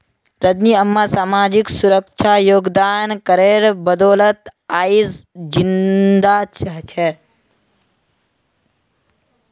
रजनी अम्मा सामाजिक सुरक्षा योगदान करेर बदौलत आइज जिंदा छ